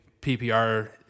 ppr